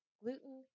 gluten